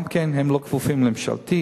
הם גם לא כפופים לממשלתי.